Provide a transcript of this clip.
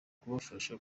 kubafasha